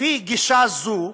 לפי גישה זו,